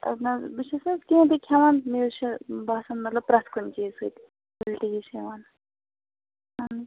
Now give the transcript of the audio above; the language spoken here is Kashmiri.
نہ حظ بہٕ چھَس نا حظ کیٚنٛہہ تہِ کھیٚوان مےٚ حظ چھِ باسان مطلب پرٛتھ کُنہِ چیٖزٕ سۭتۍ اُلٹی ہِش یِوان آہن حظ